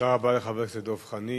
תודה רבה לחבר הכנסת דב חנין.